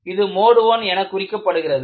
இது mode I என குறிக்கப்படுகிறது